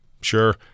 Sure